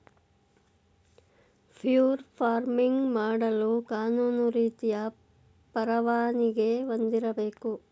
fur farming ಮಾಡಲು ಕಾನೂನು ರೀತಿಯ ಪರವಾನಿಗೆ ಹೊಂದಿರಬೇಕು